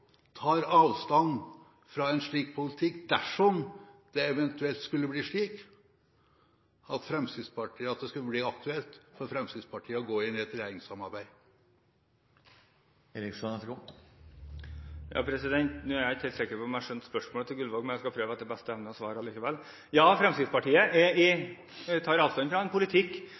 tar avstand fra en slik politikk dersom det eventuelt skulle bli aktuelt for Fremskrittspartiet å gå inn i et regjeringssamarbeid. Nå er jeg ikke helt sikker på om jeg skjønte spørsmålet til Gullvåg, men jeg skal etter beste evne prøve å svare allikevel. Ja, Fremskrittspartiet tar avstand fra en politikk